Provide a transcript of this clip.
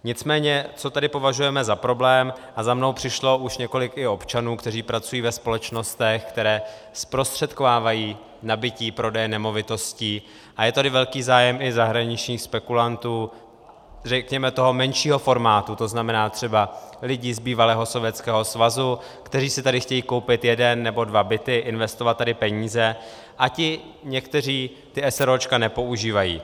Nicméně co tady považujeme za problém, a za mnou už přišlo i několik občanů, kteří pracují ve společnostech, které zprostředkovávají nabytí prodeje nemovitostí, a je tady velký zájem i zahraničních spekulantů, řekněme toho menšího formátu, tzn. třeba lidi z bývalého Sovětského svazu, kteří si tady chtějí koupit jeden nebo dva byty, investovat tady peníze, a ti někteří ta eseróčka nepoužívají.